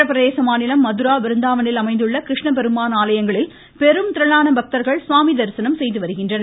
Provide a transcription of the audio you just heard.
உத்தரப்பிரதேச மாநிலம் மதுரா விருந்தாவன்னில் அமைந்துள்ள கிருஷ்ண பெருமான் ஆலயங்களில் பெரும் திரளான பக்தர்கள் சுவாமி தரிசனம் செய்து வருகின்றனர்